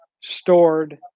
stored